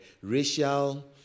racial